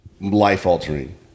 life-altering